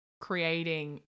creating